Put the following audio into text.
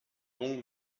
donc